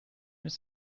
ist